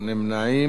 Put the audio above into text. שיעור היטל השבחה),